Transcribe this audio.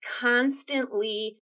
constantly